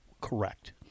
correct